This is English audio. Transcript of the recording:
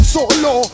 Solo